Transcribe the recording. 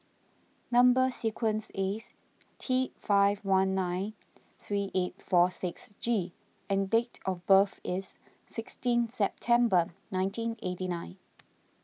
Number Sequence is T five one nine three eight four six G and date of birth is sixteen September nineteen and eighty nine